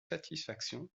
satisfaction